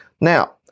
Now